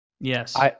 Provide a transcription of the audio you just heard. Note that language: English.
Yes